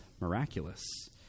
miraculous